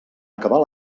acabar